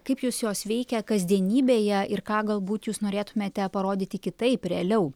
kaip jus jos veikia kasdienybėje ir ką galbūt jūs norėtumėte parodyti kitaip realiau